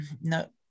no